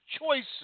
choices